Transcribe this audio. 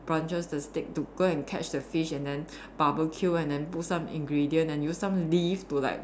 branches the stick to go and catch the fish and then barbecue and then put some ingredient and use some leaf to like